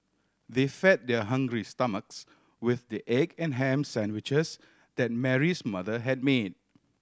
they fed their hungry stomachs with the egg and ham sandwiches that Mary's mother had made